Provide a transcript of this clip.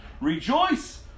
rejoice